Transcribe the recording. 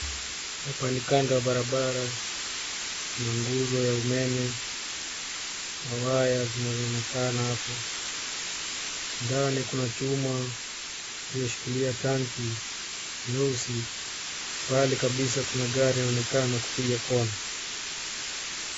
Hapa ni kando ya barabara na nguzo ya umeme na waya zinazoonekana hapo. Ndani kuna chuma kilichoshikilia tanki jeusi. Mbali kabisa kuna gari linaonekana kupiga kona.